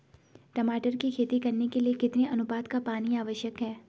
टमाटर की खेती करने के लिए कितने अनुपात का पानी आवश्यक है?